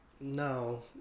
No